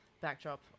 backdrop